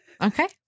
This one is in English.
Okay